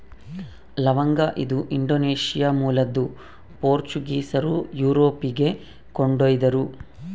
ಲವಂಗ ಇದು ಇಂಡೋನೇಷ್ಯಾ ಮೂಲದ್ದು ಪೋರ್ಚುಗೀಸರು ಯುರೋಪಿಗೆ ಕೊಂಡೊಯ್ದರು